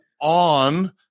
on